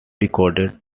recorded